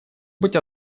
быть